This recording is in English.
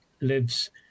lives